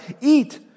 eat